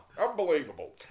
Unbelievable